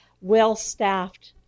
well-staffed